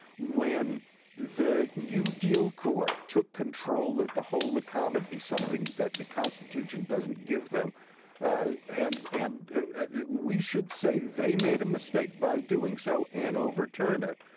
when the new deal court took control of the whole economy something that the constitution doesn't give them and and we should say that they made a mistake by doing so and overturn it.